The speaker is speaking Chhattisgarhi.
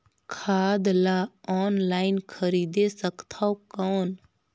खाद ला ऑनलाइन खरीदे सकथव कौन?